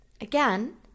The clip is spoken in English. Again